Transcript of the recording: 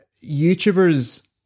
YouTubers